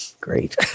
great